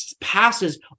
passes